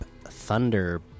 thunder